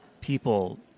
people